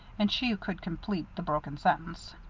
and she could complete the broken sentence.